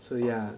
so ya